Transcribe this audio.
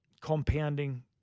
compounding